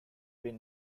been